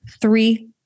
three